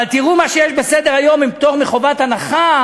אבל תראו מה שיש בסדר-היום עם פטור מחובת הנחה: